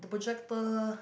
the project